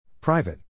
Private